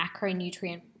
macronutrient